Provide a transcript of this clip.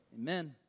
Amen